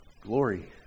glory